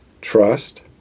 trust